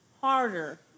harder